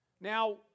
Now